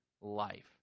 life